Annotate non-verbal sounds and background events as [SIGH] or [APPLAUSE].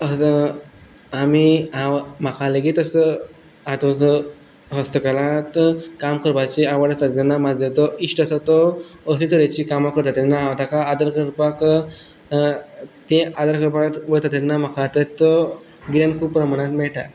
आतांआमी हांव म्हाका लेगीत असो हातूंत हस्तकलांत काम करपाची आवड आसा जेन्ना म्हजो तो इश्ट आसा तो अशे तरेचीं कामां करता तेन्ना हांव ताका आदार करपाक थंय आदार करपा खातीर वयता तेन्ना म्हाका ताचो [UNINTELLIGIBLE] खूब प्रमाणान मेळटा